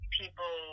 people